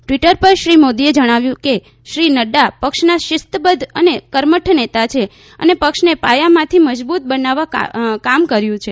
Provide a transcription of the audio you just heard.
Twitter પર શ્રી મોદીએ જણાવ્યું કે શ્રી નડ્ડા પક્ષના શીસ્તબદ્ધ અને કર્મઠ નેતા છે અને પક્ષને પાયામાંથી મજબ્રત બનાવવા કામ કર્યું છે